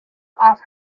off